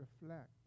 reflect